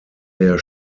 der